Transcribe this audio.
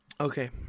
Okay